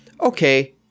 okay